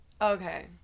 okay